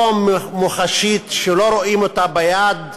לא מוחשית, שלא רואים אותה ביד,